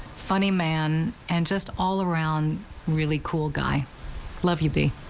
funny man, and just all around really cool guy levy be.